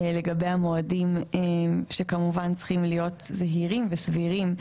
לגבי המועדים שכמובן צריכים להיות זהירים וסבירים.